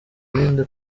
ibindi